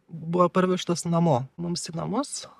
buvo parvežtas namo mums į namus